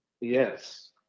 Yes